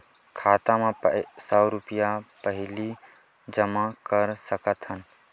खाता मा सौ रुपिया पहिली जमा कर सकथन?